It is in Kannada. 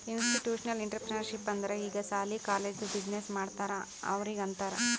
ಇನ್ಸ್ಟಿಟ್ಯೂಷನಲ್ ಇಂಟ್ರಪ್ರಿನರ್ಶಿಪ್ ಅಂದುರ್ ಈಗ ಸಾಲಿ, ಕಾಲೇಜ್ದು ಬಿಸಿನ್ನೆಸ್ ಮಾಡ್ತಾರ ಅವ್ರಿಗ ಅಂತಾರ್